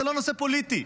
זה לא נושא פוליטי,